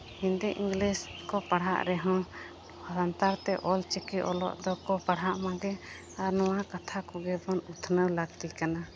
Hindi English ᱠᱚ ᱯᱟᱲᱦᱟᱜ ᱨᱮᱦᱚᱸ ᱥᱚᱱᱛᱟᱲ ᱛᱮ ᱚᱞ ᱪᱤᱠᱤ ᱛᱮ ᱚᱞᱚᱜ ᱫᱚᱠᱚ ᱯᱟᱲᱦᱟᱜ ᱢᱟᱜᱮ ᱟᱨ ᱱᱚᱣᱟ ᱠᱟᱛᱷᱟ ᱠᱚᱜᱮ ᱵᱚᱱ ᱩᱛᱱᱟᱹᱣ ᱞᱟᱹᱠᱛᱤ ᱠᱟᱱᱟ